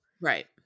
right